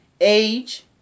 age